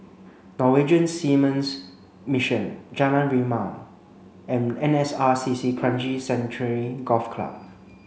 Norwegian Seamen's Mission Jalan Rimau and N S R C C Kranji Sanctuary Golf Club